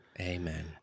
Amen